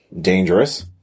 dangerous